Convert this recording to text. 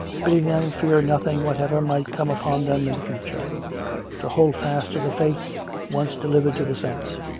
bidding them fear nothing whatever might come upon them in the future to hold fast to the faith once delivered to the saints,